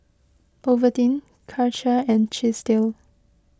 Ovaltine Karcher and Chesdale